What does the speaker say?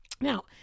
Now